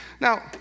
Now